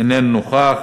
איננו נוכח,